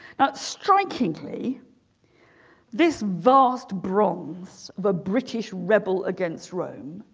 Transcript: now strikingly this vast bronze of a british rebel against rome